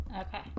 okay